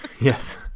Yes